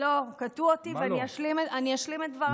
לא, קטעו אותי ואני אשלים את דבריי.